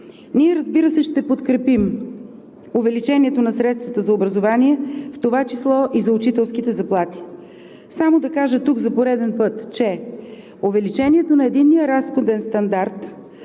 Ние, разбира се, ще подкрепим увеличението на средствата за образование, в това число и за учителските заплати. Само да кажа тук за пореден път, че увеличението на единния разходен стандарт